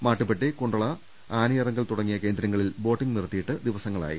Mattupetty Kundala Anayirangal തുടങ്ങിയ കേന്ദ്രങ്ങളിൽ boating നിർത്തിയിട്ട് ദിവസ ങ്ങളായി